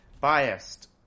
Biased